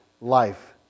life